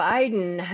Biden